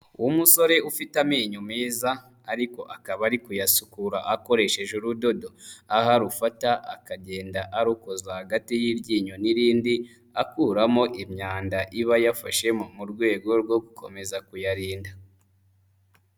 W'umusore ufite amenyo meza ariko akaba ari kuyasukura akoresheje urudodo aho arufata akagenda arukoza hagati y'iryinyo n'irindi akuramo imyanda iba yafashemo mu rwego rwo gukomeza kuyarinda.